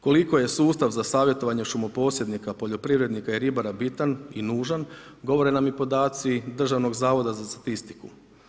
Koliko je sustav za savjetovanje šumoposjednika, poljoprivrednika i ribara bitan i nužan, govore nam i podaci Državnog zavoda za statistiku.